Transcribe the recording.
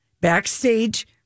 backstage